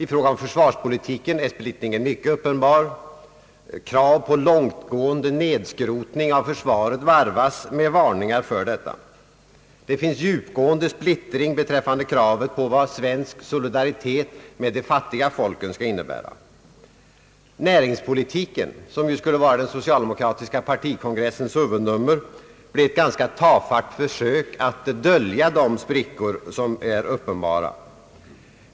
I fråga om försvarspolitiken är splittringen lika uppenbar. Krav på långt gående nedskrotning av försvaret varvas med varningar för detta. Det finns djupgående splittring beträffande kravet på vad svensk solidaritet med de fattiga folken skall innebära. Näringspolitiken som ju skulle vara den socialdemokratiska partikongressens huvudnummer blev ett ganska tafatt försök att dölja de sprickor som är uppenbara.